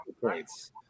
points